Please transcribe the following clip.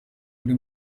muri